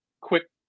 quick